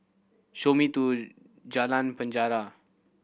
show me to Jalan Penjara